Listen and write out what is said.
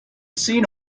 seen